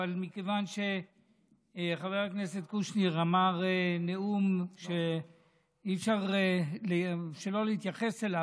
אבל מכיוון שחבר הכנסת קושניר אמר נאום שאי-אפשר שלא להתייחס אליו,